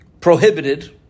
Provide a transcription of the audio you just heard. prohibited